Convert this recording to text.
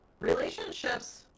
relationships